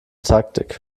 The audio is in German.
taktik